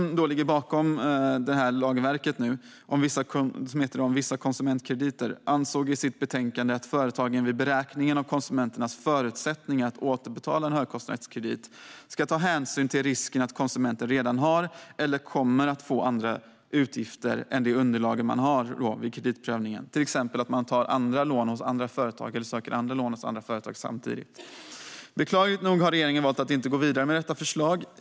Utredningen om vissa konsumentkrediter, som ligger bakom den här lagstiftningen, ansåg i sitt betänkande att företagen vid beräkningen av konsumenternas förutsättningar att återbetala en högkostnadskredit ska ta hänsyn till risken att konsumenten redan har eller kommer att få andra utgifter än vad som visas i det underlag som finns vid kreditprövningen, till exempel att man tar eller söker andra lån hos andra företag samtidigt. Beklagligt nog har regeringen valt att inte gå vidare med detta förslag.